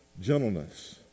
gentleness